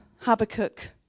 Habakkuk